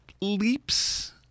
leaps